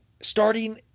Starting